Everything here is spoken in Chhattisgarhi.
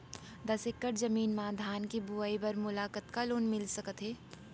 दस एकड़ जमीन मा धान के बुआई बर मोला कतका लोन मिलिस सकत हे?